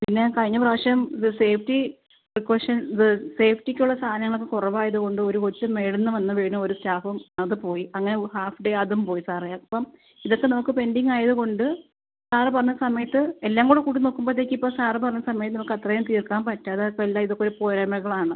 പിന്നെ കഴിഞ്ഞ പ്രാവശ്യം ഇത് സേഫ്റ്റി പ്രിക്കോഷൻ ഇത് സ്ഫേറ്റിക്കുള്ള സാധനങ്ങൾ ഒക്കെ കുറവായത് കൊണ്ട് ഒരു കൊച്ചും മേളിൽ നിന്ന് വന്ന് വീണ ഒരു സ്റ്റാഫും അത് പോയി അങ്ങനെ ഹാഫ് ഡേ അതും പോയി സാറേ അപ്പം ഇതൊക്കെ നമുക്ക് പെൻഡിങ്ങ് ആയതുകൊണ്ട് സാർ പറഞ്ഞ സമയത്ത് എല്ലാം കൂടെ കൂട്ടി നോക്കുമ്പോഴത്തേക്ക് ഇപ്പോൾ സാർ പറഞ്ഞ സമയം നമുക്ക് അത്രയും തീർക്കാൻ പറ്റാതെ ഇപ്പം എല്ലാം ഇതൊക്കെ പോരായ്മകളാണ്